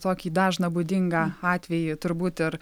tokį dažną būdingą atvejį turbūt ir